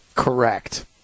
Correct